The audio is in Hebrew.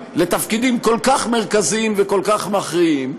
לתפקידים כל כך מרכזיים וכל כך מכריעים.